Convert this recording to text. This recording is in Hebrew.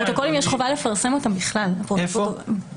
יש חובה לפרסם אותם בכלל לציבור.